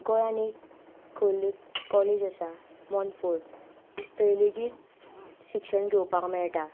गोंयांत एक कॉलेज आसा मोनफोर्ड थंय लेगीत शिक्षण घेवपाक मेळटा